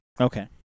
Okay